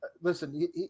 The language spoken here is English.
listen